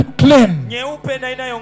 clean